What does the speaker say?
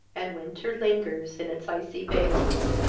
and winter lingers in its icy veins.